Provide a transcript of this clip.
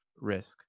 risk